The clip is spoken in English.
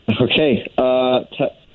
Okay